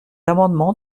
amendement